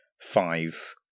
five